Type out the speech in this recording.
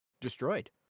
destroyed